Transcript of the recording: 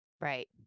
Right